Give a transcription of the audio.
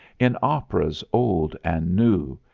in operas old and new,